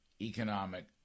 economic